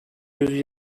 yüz